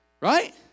Right